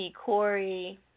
Corey